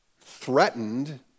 threatened